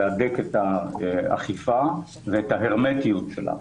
להדק את האכיפה ואת ההרמטיות שלה,